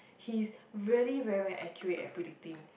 he's really very very accurate at predicting